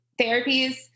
therapies